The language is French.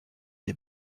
des